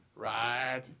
right